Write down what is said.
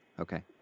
Okay